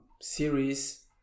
series